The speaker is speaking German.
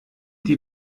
die